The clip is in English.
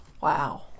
wow